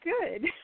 good